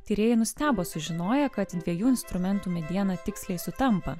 tyrėjai nustebo sužinoję kad dviejų instrumentų mediena tiksliai sutampa